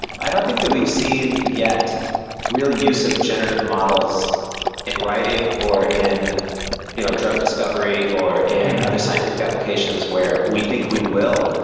i don't think that we've seen yet real use of generative models in writing, or in you know drug discovery, or in other scientific applications where we think we will.